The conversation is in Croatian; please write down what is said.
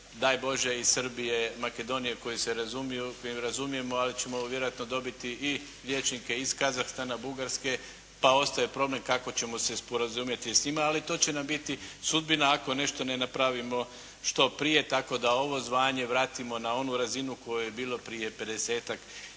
daj Bože iz Srbije, Makedonije koje mi razumijemo, ali ćemo vjerojatno dobiti i liječnike iz Kazahstana, Bugarske pa ostaje problem kako ćemo se sporazumjeti s njima, ali to će nam biti sudbina ako nešto ne napravimo što prije, tako da ovo zvanje vratimo na onu razinu u kojoj je bilo prije